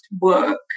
work